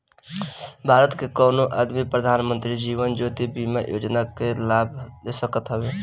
भारत के कवनो आदमी प्रधानमंत्री जीवन ज्योति बीमा योजना कअ लाभ ले सकत हवे